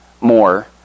more